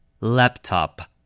Laptop